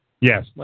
Yes